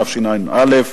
התשע"א 2011,